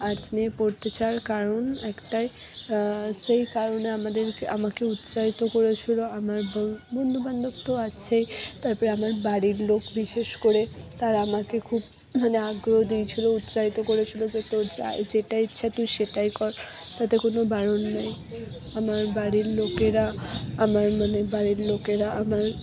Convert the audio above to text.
arts নিয়ে পড়তে চাওয়ার কারণ একটাই সেই কারণে আমাদেরকে আমাকে উৎসাহিত করেছিল আমার ব বন্ধুবান্ধব তো আছেই তারপরে আমার বাড়ির লোক বিশেষ করে তারা আমাকে খুব মানে আগ্রহ দিয়েছিল উৎসাহিত করেছিল যে তোর যা যেটা ইচ্ছা তুই সেটাই কর তাতে কোনও বারণ নেই আমার বাড়ির লোকেরা আমার মানে বাড়ির লোকেরা আমার